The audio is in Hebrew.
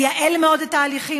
הוא מייעל מאוד את ההליכים.